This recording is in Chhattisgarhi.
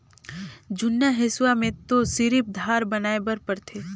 जुन्ना हेसुआ में तो सिरिफ धार बनाए बर परथे